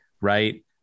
right